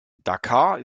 dakar